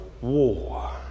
war